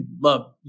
love